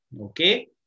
Okay